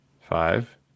five